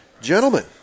Gentlemen